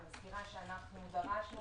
אני מזכירה שאנחנו דרשנו,